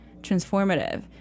transformative